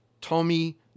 Tommy